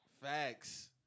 Facts